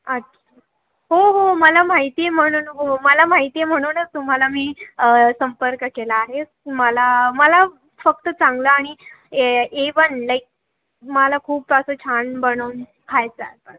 अच्छा हो हो मला माहिती आहे म्हणून हो मला माहिती आहे म्हणूनच तुम्हाला मी संपर्क केला आहे मला मला फक्त चांगलं आणि ए ए वन लाईक मला खूप असं छान बनवून खायचं आहे बस